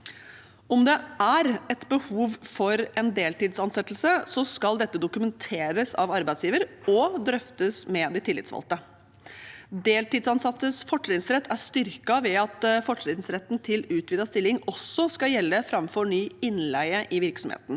Om det er behov for deltidsansettelse, skal dette dokumenteres av arbeidsgiver og drøftes med de tillitsvalgte. Deltidsansattes fortrinnsrett er styrket ved at fortrinnsretten til utvidet stilling også skal gjelde framfor ny innleie i virksomheten,